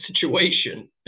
situation